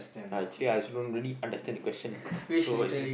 I actually I also don't really understand the question so I think